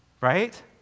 right